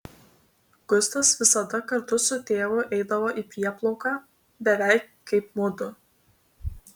gustas visada kartu su tėvu eidavo į prieplauką beveik kaip mudu